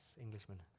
Englishman